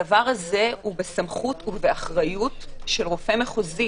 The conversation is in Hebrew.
הדבר הזה הוא בסמכות ובאחריות של רופא מחוזי,